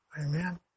Amen